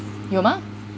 有吗